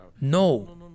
No